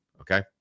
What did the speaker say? okay